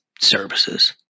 services